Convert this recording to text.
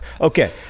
Okay